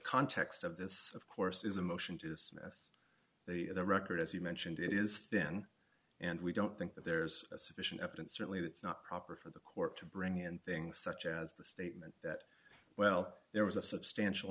context of this of course is a motion to dismiss the record as you mentioned it is thin and we don't think that there's sufficient evidence certainly it's not proper for the court to bring in things such as the statement that well there was a substantial